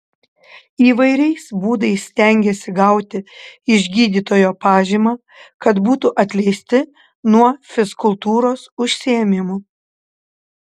įvairiais būdais stengiasi gauti iš gydytojo pažymą kad būtų atleisti nuo fizkultūros užsiėmimų